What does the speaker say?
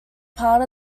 part